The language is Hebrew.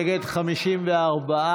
נגד, 54,